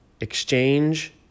exchange